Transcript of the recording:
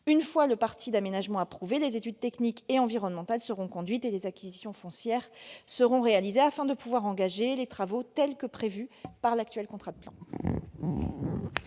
Une fois celui-ci approuvé, les études techniques et environnementales seront conduites et les acquisitions foncières réalisées afin de pouvoir engager les travaux tels qu'ils sont prévus par l'actuel contrat de plan.